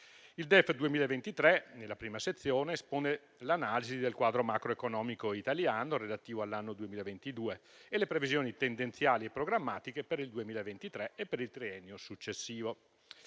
Il DEF 2023, nella prima sezione, espone l'analisi del quadro macroeconomico italiano relativo all'anno 2022 e le previsioni tendenziali e programmatiche per il 2023 e per il triennio successivo.